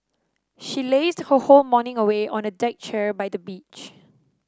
she lazed her whole morning away on a deck chair by the beach